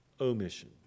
omission